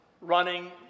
running